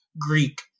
Greek